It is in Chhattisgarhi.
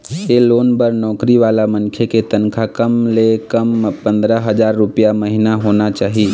ए लोन बर नउकरी वाला मनखे के तनखा कम ले कम पंदरा हजार रूपिया महिना होना चाही